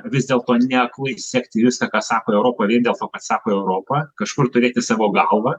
vis dėlto ne aklai sekti viską ką sako europa vien dėl to kad sako europa kažkur turėti savo galvą